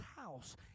house